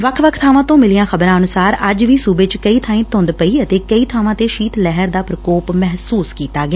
ਵੱਖ ਵੱਖ ਬਾਵਾਂ ਤੋਂ ਮਿਲੀਆਂ ਖ਼ਬਰਾਂ ਅਨੁਸਾਰ ਅੱਜ ਵੀ ਸੂਬੇ ਚ ਕਈ ਬਾਈਂ ਧੁੰਦ ਪਈ ਅਤੇ ਕਈ ਬਾਵਾਂ ਤੇ ਸ਼ੀਤ ਲਹਿਰ ਦਾ ਪੁਕੋਪ ਮਹਿਸੁਸ ਕੀਤਾ ਗਿਆ